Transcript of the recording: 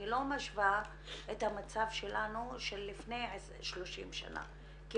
אני לא משווה את המצב שלנו ללפני 30 שנה כי